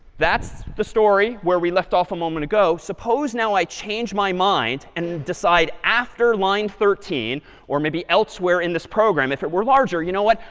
that's the story where we left off a moment ago. suppose now i change my mind and decide after line thirteen or maybe elsewhere in this program if it were larger, you know what,